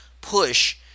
push